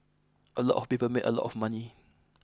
a lot of people made a lot of money